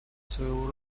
своего